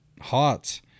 hot